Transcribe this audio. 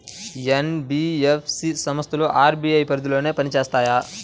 NBFC సంస్థలు RBI పరిధిలోనే పని చేస్తాయా?